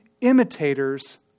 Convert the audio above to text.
imitators